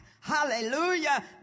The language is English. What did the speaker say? Hallelujah